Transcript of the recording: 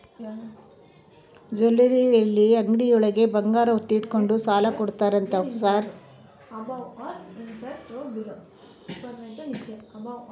Jewellery ಅಂಗಡಿಯೊಳಗ ಬಂಗಾರ ಒತ್ತೆ ಇಟ್ಕೊಂಡು ಸಾಲ ಕೊಡ್ತಾರಂತೆ ಹೌದಾ ಸರ್?